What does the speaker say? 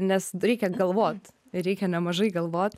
nes reikia galvot reikia nemažai galvot